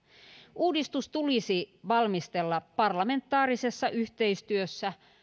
uudistus tulisi valmistella parlamentaarisessa yhteistyössä